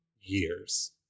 years